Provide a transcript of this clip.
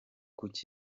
kuko